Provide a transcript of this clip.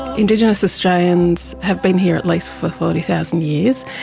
indigenous australians have been here at least for forty thousand years,